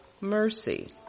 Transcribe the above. mercy